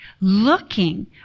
looking